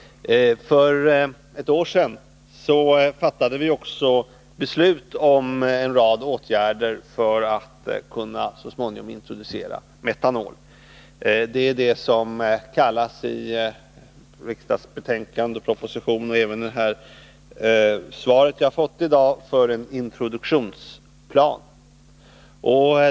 För ett år sedan fattade vi också beslut om en rad åtgärder för att så småningom kunna indtroducera metanol. Det är det som i utskottsbetänkande, i proposition och även i det svar jag har fått i dag kallas för en introduktionsplan.